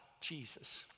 Jesus